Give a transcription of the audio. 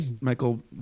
Michael